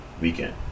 weekend